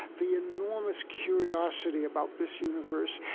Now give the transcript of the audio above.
the enormous curiosity about this universe,